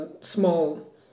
small